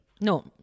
No